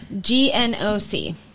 g-n-o-c